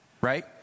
right